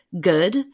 good